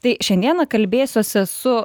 tai šiandieną kalbėsiuosi su